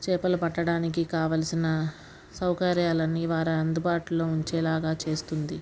చేపలు పట్టడానికి కావలసిన సౌకర్యాలని వారు అందుబాటులో ఉంచేలాగా చేస్తుంది